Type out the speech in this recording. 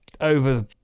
over